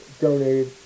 donated